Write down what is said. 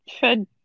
fed